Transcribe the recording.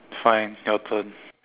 fine your turn